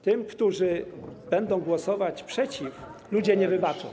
Tym, którzy będą głosować przeciw, ludzie nie wybaczą.